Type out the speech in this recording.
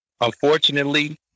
unfortunately